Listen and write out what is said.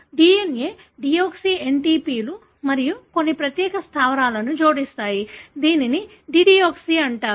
DNA deoxy NTP లు మరియు మీరు కొన్ని ప్రత్యేక స్థావరాలను జోడిస్తారు దీనిని డిడియోక్సీ అంటారు